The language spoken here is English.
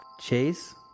Chase